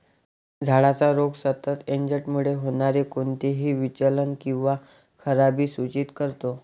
झाडाचा रोग सतत एजंटमुळे होणारे कोणतेही विचलन किंवा खराबी सूचित करतो